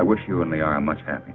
i wish you and they are much happ